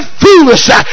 foolish